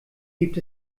gibt